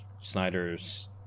Snyder's